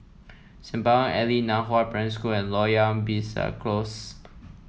Sembawang Alley Nan Hua Primary School and Loyang Besar Close